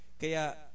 Kaya